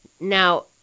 Now